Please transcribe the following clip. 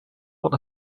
what